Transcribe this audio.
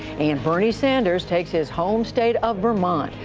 and bernie sanders takes his home state of vermont,